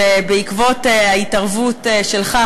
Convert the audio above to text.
שבעקבות ההתערבות שלך,